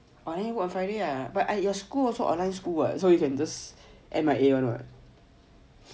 oh then work on friday lah but at your school also online school [what] so you can just M_I_A [one] [what]